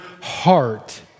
heart